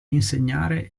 insegnare